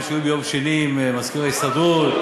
שהיו ביום שני עם מזכיר ההסתדרות,